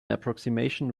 approximation